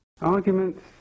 Arguments